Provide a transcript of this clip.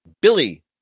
Billy